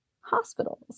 hospitals